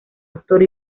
actor